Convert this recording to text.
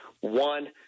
One